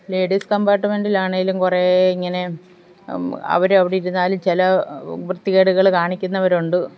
ladies കംപാർട്ട്മെൻറ്റിലാണെങ്കിലും കുറേ ഇങ്ങനെ അവരവിടിരുന്നാലും ചില വൃത്തികേടുകൾ കാണിക്കുന്നവരുണ്ട്